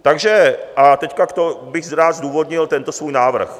Takže teď bych rád zdůvodnil tento svůj návrh.